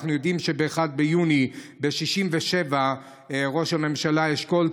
אנחנו יודעים שב-1 ביוני 67' ראש הממשלה אשכול,